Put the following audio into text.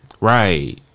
Right